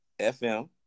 FM